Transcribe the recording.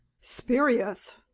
spurious